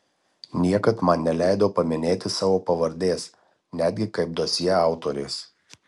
niekad man neleido paminėti savo pavardės netgi kaip dosjė autorės